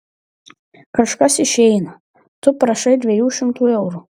kažkas išeina tu prašai dviejų šimtų eurų